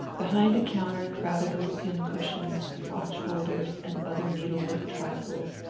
behind a counter crowded with pin-cushions, watch-holders and other needlework trifles,